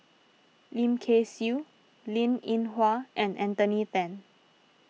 Lim Kay Siu Linn in Hua and Anthony then